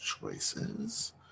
choices